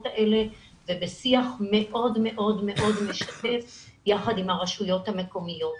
האלה ובשיח מאוד מאוד משתף יחד עם הרשויות המקומיות.